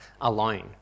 alone